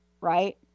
right